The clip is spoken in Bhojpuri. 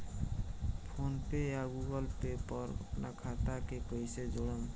फोनपे या गूगलपे पर अपना खाता के कईसे जोड़म?